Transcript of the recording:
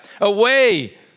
away